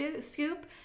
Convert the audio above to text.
Scoop